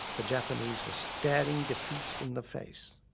the japanese were staring defeat in the face.